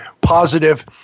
positive